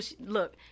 look